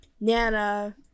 Nana